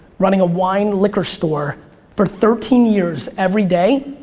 running a wine liquor store for thirteen years every day.